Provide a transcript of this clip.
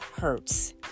hurts